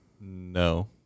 No